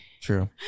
True